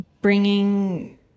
bringing